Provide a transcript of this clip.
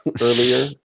earlier